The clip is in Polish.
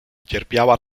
cierpiała